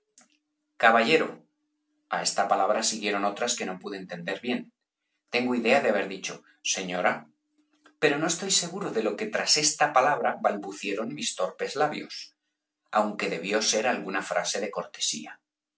caballero a esta palabra siguieron otras que no pude entender bien tengo idea de haber dicho señora pero no estoy seguro de lo que tras esta palabra balbucieron mis torpes labios aunque debió ser alguna frase de cortesía